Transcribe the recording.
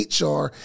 HR